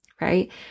right